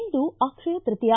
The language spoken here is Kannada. ಇಂದು ಅಕ್ಷಯ ತೈತೀಯ